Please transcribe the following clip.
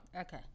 Okay